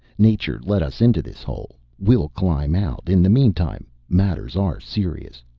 nature let us into this hole. we'll climb out. in the mean time, matters are serious.